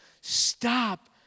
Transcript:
stop